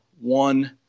One